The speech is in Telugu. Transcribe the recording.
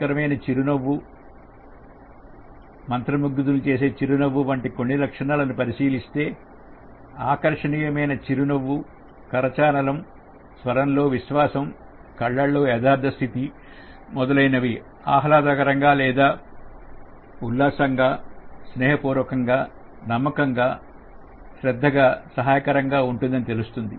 మీరు ఆహ్లాదకరమైన చిరునవ్వు మంత్ర ముగ్ధులను చేసే చిరునవ్వు వంటి కొన్ని లక్షణాలను పరిశీలిస్తే ఆకర్షణీయమైన చిరునవ్వు కరచాలనం స్వరం లో విశ్వాసం లో కళ్ళల్లో యదార్థ స్థితి మొదలైనవి ఆహ్లాదకరంగా లేదా ఉల్లాసంగా స్నేహపూర్వకంగా నమ్మకంగా శ్రద్ధగా గా సహాయకరంగా ఉంటుందని తెలుస్తుంది